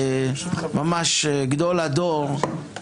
ממש גדול הדור,